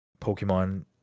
Pokemon